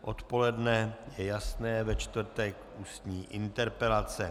Odpoledne je jasné ve čtvrtek ústní interpelace.